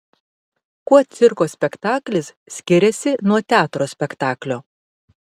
kuo cirko spektaklis skiriasi nuo teatro spektaklio